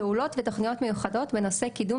פעולות ותוכניות מיוחדות בנושא קידום